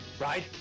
Right